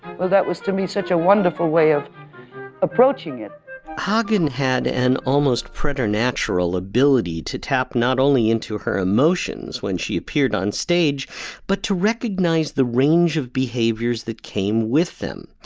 well that was to me such a wonderful way of approaching it hagen had an almost preternatural ability to tap not only into her emotions when she appeared on stage but to recognize the range of behaviors that came with them.